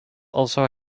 also